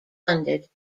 funded